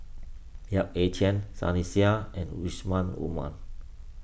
Yap Ee Chian Sunny Sia and Yusman Aman